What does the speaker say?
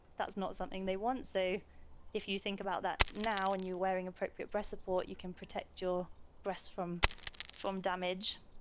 that's not something they want. so if you think about that now and you're wearing appropriate breast support, you can protect your breast from from damage.